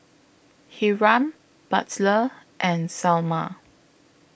Hiram Butler and Selma